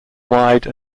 wide